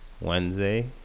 Wednesday